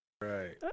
Right